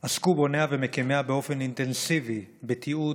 הזו עסקו בוניה ומקימיה באופן אינטנסיבי בתיעוד,